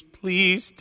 please